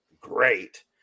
great